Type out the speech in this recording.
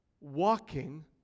walking